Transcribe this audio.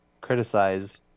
criticize